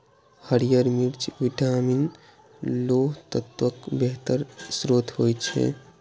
हरियर मिर्च विटामिन, लौह तत्वक बेहतर स्रोत होइ छै